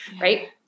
right